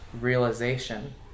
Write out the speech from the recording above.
Realization